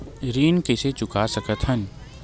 ऋण कइसे चुका सकत हन?